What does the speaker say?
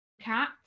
cat